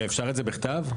אפשר את זה בכתב?